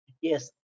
yes